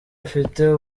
afite